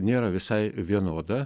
nėra visai vienoda